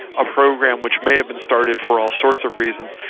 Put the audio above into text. a program which may have been started for all sorts of reasons,